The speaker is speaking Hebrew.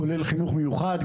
כולל חינוך מיוחד,